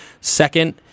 second